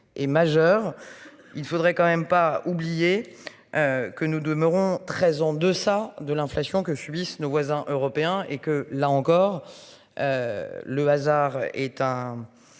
Est majeur, il faudrait quand même pas oublier. Que nous demeurons très en deçà de l'inflation que subissent nos voisins européens et que là encore. Le hasard est un.